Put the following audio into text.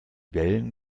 wellen